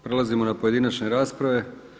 Prelazimo na pojedinačne rasprave.